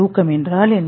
தூக்கம் என்றால் என்ன